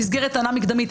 במסגרת טענה מקדמית,